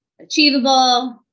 achievable